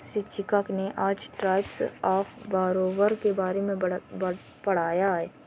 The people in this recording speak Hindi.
शिक्षिका ने आज टाइप्स ऑफ़ बोरोवर के बारे में पढ़ाया है